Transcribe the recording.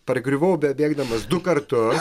pargriuvau bebėgdamas du kartus